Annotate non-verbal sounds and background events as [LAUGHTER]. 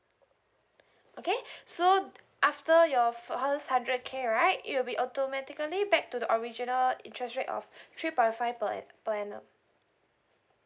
okay [BREATH] so after your four hundred K right it will be automatically back to the original interest rate of three point five per per annum